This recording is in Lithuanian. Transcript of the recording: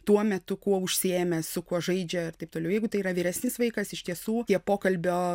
tuo metu kuo užsiėmęs su kuo žaidžia ir taip toliau jeigu tai yra vyresnis vaikas iš tiesų tie pokalbio